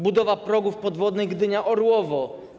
Budowa progów podwodnych Gdynia Orłowo.